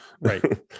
right